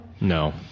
No